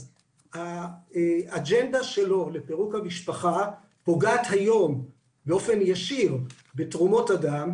אז האג'נדה שלו לפירוק המשפחה פוגעת היום באופן ישיר בתרומות הדם,